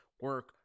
Work